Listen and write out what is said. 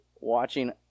watching